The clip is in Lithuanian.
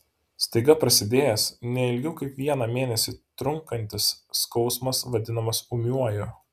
staiga prasidėjęs ne ilgiau kaip vieną mėnesį trunkantis skausmas vadinamas ūmiuoju